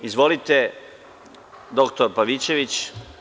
Izvolite, doktor Pavićević.